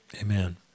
Amen